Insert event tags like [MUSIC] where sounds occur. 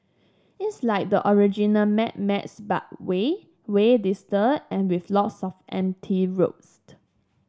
it's like the original Mad Max but way way dustier and with lots of empty roads [UNINTELLIGIBLE]